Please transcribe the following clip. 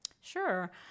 Sure